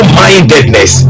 mindedness